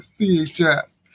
CHS